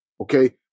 Okay